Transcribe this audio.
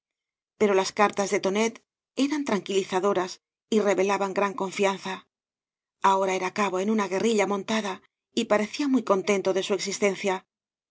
pero las cartas de tonet eran tranquilizadoras y revelaban gran confianza ahora era cabo en una guerrilla montada y parecía muy contento de su existencia